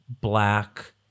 black